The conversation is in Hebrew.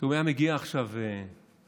אם היה מגיע עכשיו חייזר